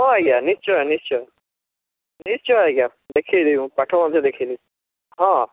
ହଁ ଆଜ୍ଞା ନିଶ୍ଚୟ ନିଶ୍ଚୟ ନିଶ୍ଚୟ ଆଜ୍ଞା ଦେଖାଇଦେବି ମୁଁ ପାଠ ଭଲ ମଧ୍ୟ ଦେଖାଇଦେବି ହଁ